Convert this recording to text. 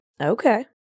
Okay